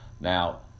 Now